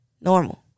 normal